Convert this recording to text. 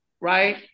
right